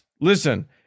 Listen